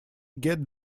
get